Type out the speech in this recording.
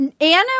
anna